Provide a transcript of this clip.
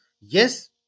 Yes